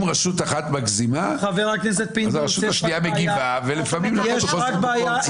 אם רשות אחת מגזימה אז הרשות השנייה מגיבה ולפעמים יש חוסר פרופורציה.